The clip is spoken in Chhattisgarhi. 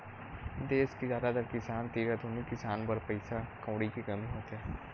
देस के जादातर किसान तीर आधुनिक किसानी बर पइसा कउड़ी के कमी होथे